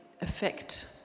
affect